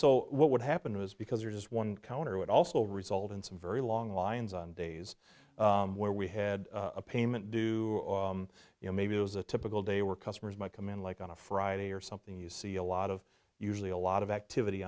so what would happen is because you just one counter would also result in some very long lines on days where we had a payment due you know maybe it was a typical day we're customers might come in like on a friday or something you see a lot of usually a lot of activity